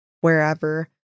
wherever